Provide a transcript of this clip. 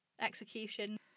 execution